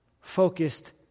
focused